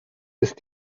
ist